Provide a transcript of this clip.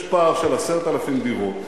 יש פער של 10,000 דירות.